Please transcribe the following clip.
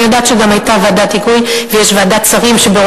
ואני יודעת שגם היתה ועדת היגוי ויש ועדת שרים לנושא הזה,